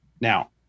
Now